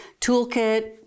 toolkit